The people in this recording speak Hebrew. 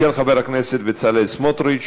של חבר הכנסת בצלאל סמוטריץ.